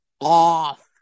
off